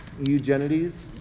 Eugenides